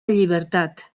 llibertat